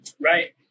right